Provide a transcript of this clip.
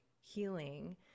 healing